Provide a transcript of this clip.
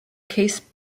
case